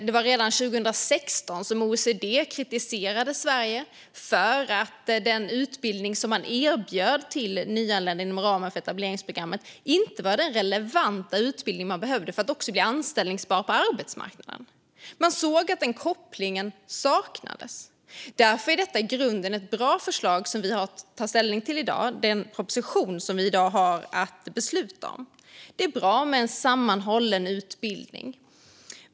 Det var redan 2016, tror jag, som OECD kritiserade Sverige för att den utbildning som vi erbjöd till nyanlända inom ramen för etableringsprogrammet inte var den relevanta utbildning som de nyanlända behövde för att bli anställbara på arbetsmarknaden. Man såg att den kopplingen saknades. Därför är det i grunden ett bra förslag som vi i dag har att ta ställning till. Det är den proposition som vi nu debatterar. Det är bra med en sammanhållen utbildning.